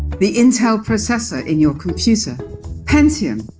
the intel processor in your computer pentium,